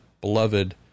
beloved